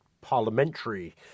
parliamentary